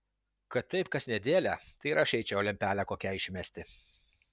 kad taip kas nedėlią tai ir aš eičiau lempelę kokią išmesti